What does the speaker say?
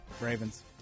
Ravens